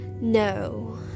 No